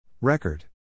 Record